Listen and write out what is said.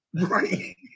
Right